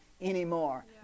anymore